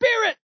Spirit